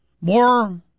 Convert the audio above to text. more